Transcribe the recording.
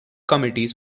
committees